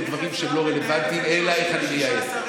דברים שלא רלוונטיים אלא איך אני מייעל.